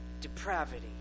depravity